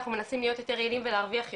אנחנו מנסים להיות יותר יעילים ולהרוויח יותר.